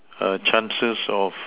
err chances of